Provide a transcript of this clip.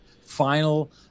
final